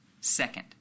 Second